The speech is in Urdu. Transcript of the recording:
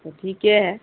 تو ٹھیکے ہے